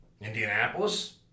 Indianapolis